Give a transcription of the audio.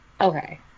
okay